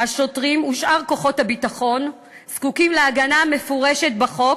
השוטרים ושאר כוחות הביטחון זקוקים להגנה מפורשת בחוק,